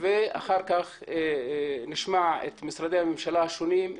אחר-כך נשמע את משרדי הממשלה השונים,